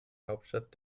hauptstadt